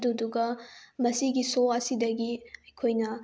ꯑꯗꯨꯗꯨꯒ ꯃꯁꯤꯒꯤ ꯁꯣ ꯑꯁꯤꯗꯒꯤ ꯑꯩꯈꯣꯏꯅ